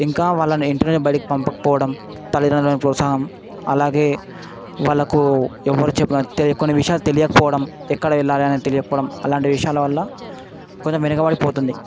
ఇంకా వాళ్ళని ఇంటిద పంపకపోవడం తల్లితండ్రుల ప్రోత్సాహం అలాగే వాళ్లకు ఎవ్వరు చెప్పిన తెలియ కొన్ని విషయాలు తెలియకపోవడం ఎక్కడ ఎలాగనేది తెలియకపోవడం అలాంటి విషయాల వల్ల కొంచెం వెనకపడిపోతుంది